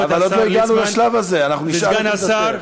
כבוד השר ליצמן וסגן השר.